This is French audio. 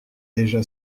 déjà